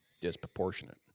disproportionate